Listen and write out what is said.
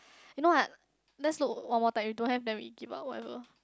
you know what let's look one more time if don't have then we give up whatever